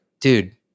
dude